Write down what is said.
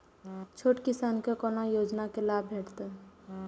छोट किसान के कोना योजना के लाभ भेटते?